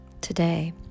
Today